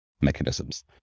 mechanisms